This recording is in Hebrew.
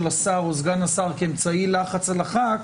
השר או סגן השר כאמצעי לחץ על חבר הכנסת,